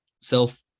self